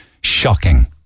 Shocking